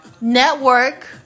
network